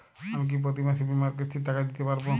আমি কি প্রতি মাসে বীমার কিস্তির টাকা দিতে পারবো?